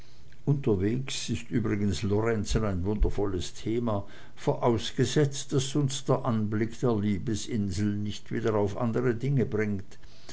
unterwegs ist übrigens lorenzen ein wundervolles thema vorausgesetzt daß uns der anblick der liebesinsel nicht wieder auf andre dinge bringt